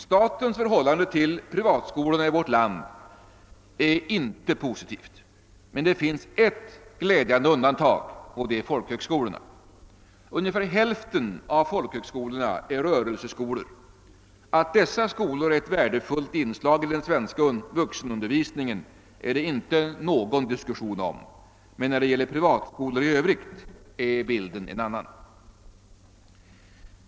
Statens förhållande till privatskolorna i vårt land är inte positivt men det finns ett glädjande undantag, nämligen förhållandet till folkhögskolorna. Ungefär hälften av folkhögskolorna är rörelseskolor, och att dessa skolor är ett värdefullt inslag i den svenska vuxenundervisningen är det inte någon diskussion om. Men när det gäller privatskolor i övrigt är bilden en annan.